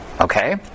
Okay